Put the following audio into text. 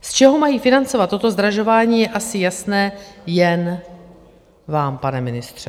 Z čeho mají financovat toto zdražování, je asi jasné jen vám, pane ministře.